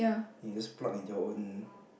you just plug into your own